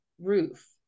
roof